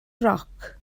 roc